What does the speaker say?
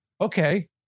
okay